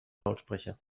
lautsprecher